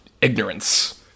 ignorance